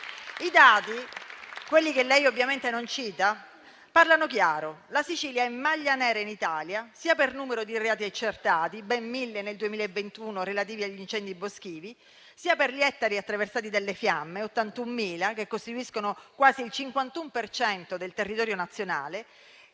I dati, quelli che lei ovviamente non cita, parlano chiaro: la Sicilia è maglia nera in Italia sia per numero di reati accertati - ben mille nel 2021 relativi agli incendi boschivi - sia per gli ettari attraversati dalle fiamme, 81.000, che costituiscono quasi il 51 per cento delle